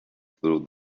through